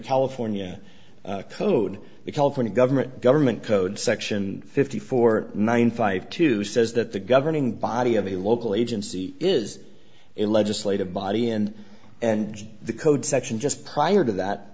california code because when a government government code section fifty four ninety five two says that the governing body of the local agency is a legislative body and and the code section just prior to that